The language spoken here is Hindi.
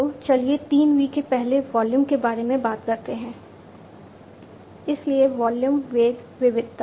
तो चलिए 3 V के पहले वॉल्यूम के बारे में बात करते हैं इसलिए वॉल्यूम वेग विविधता